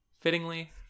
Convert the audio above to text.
Fittingly